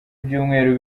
ibyumweru